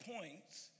points